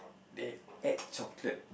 they add chocolate